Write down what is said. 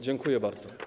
Dziękuję bardzo.